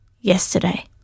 yesterday